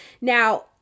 Now